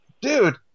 dude